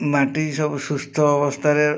ମାଟି ସବୁ ସୁସ୍ଥ ଅବସ୍ଥାରେ